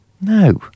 No